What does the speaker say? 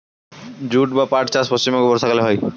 jute বা পাট চাষ পশ্চিমবঙ্গে বর্ষাকালে হয়